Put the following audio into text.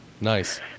Nice